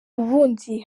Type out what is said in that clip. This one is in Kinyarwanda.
ubundi